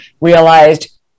realized